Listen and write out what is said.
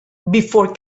before